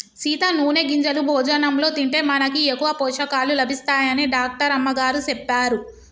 సీత నూనె గింజలు భోజనంలో తింటే మనకి ఎక్కువ పోషకాలు లభిస్తాయని డాక్టర్ అమ్మగారు సెప్పారు